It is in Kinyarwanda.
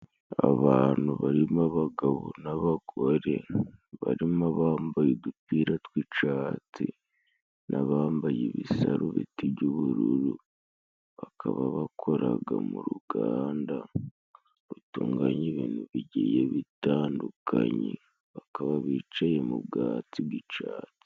Abantu barimo abagabo n'abagore barimo abambaye udupira tw'icatsi n'abambaye ibisarubeti by'ubururu, bakaba bakoraga mu ruganda rutunganya ibintu bigiye bitandukanye, bakaba bicaye mu bwatsi bw'icatsi.